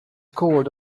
called